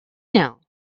know